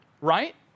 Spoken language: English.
Right